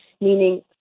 meaning